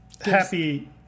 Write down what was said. happy